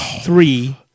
three